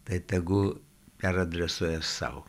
tai tegu peradresuoja sau